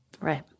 Right